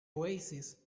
oasis